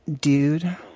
dude